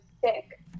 sick